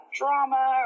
drama